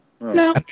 no